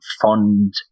fond